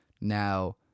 Now